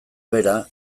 bera